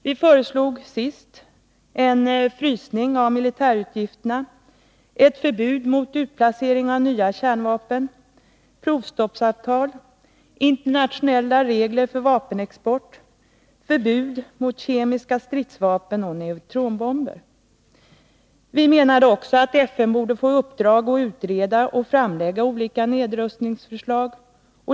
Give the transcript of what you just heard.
Vi föreslog senast en frysning av militärutgifterna, ett förbud mot utplacering av nya kärnvapen, ett provstoppsavtal, internationella regler för vapenexport, förbud mot kemiska stridsvapen och neutronbomber. Vi menade också att FN borde få i uppdrag att utreda och lägga fram olika nedrustningsförslag.